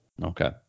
Okay